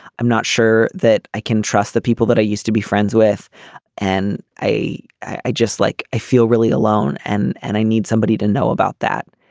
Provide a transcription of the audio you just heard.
i'm not sure that i can trust the people that i used to be friends with and a i just like i feel really alone and and i need somebody to know about that.